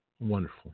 wonderful